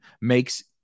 makes